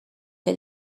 que